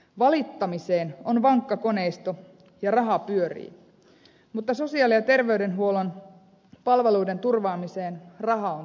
valittamiseen on vankka koneisto ja raha pyörii mutta sosiaali ja terveydenhuollon palveluiden turvaamiseen raha on tiukassa